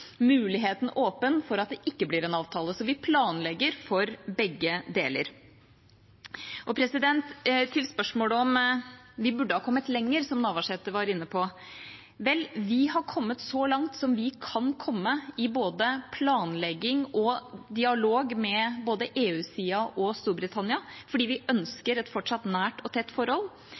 muligheten åpen for at det ikke blir en avtale, så vi planlegger for begge deler. Til spørsmålet om vi burde ha kommet lenger, som representanten Navarsete var inne på: Vel, vi har kommet så langt som vi kan komme i både planlegging og dialog med både EU-siden og Storbritannia, fordi vi ønsker et fortsatt nært og tett forhold.